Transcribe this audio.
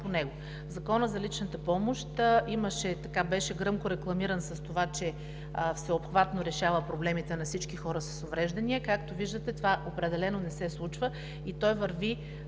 по него. Законът за личната помощ беше гръмко рекламиран с това, че всеобхватно решава проблемите на всички хора с увреждания – както виждате, това определено не се случва. Решаването